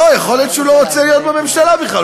לא, יכול להיות שהוא לא רוצה להיות בממשלה בכלל.